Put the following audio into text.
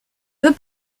veux